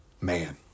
man